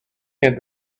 had